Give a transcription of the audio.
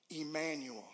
Emmanuel